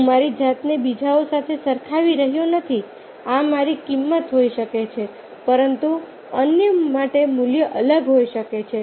હું મારી જાતને બીજાઓ સાથે સરખાવી રહ્યો નથી આ મારી કિંમત હોઈ શકે છે પરંતુ અન્ય માટે મૂલ્ય અલગ હોઈ શકે છે